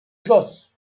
jos